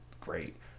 great